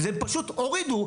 הם פשוט הורידו,